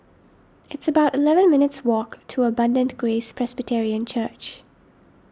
it's about eleven minutes' walk to Abundant Grace Presbyterian Church